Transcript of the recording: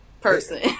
person